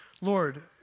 Lord